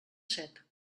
set